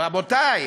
רבותי,